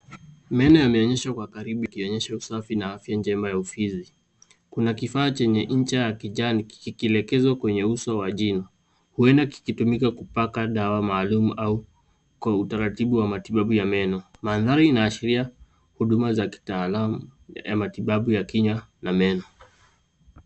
Meno yameonyeshwa kwa karibu ikionyesha usafi na afya njema ya ufizi. Kuna kifaa chenye ncha ya kijani kikielekezwa kwenye uso wa jino, huenda kikitumika kupaka dawa maalumu kwa utaratibu wa matibabu ya meno. Mandhari inaashiria huduma za kitaalamu ya matibabu ya kinywa na meno.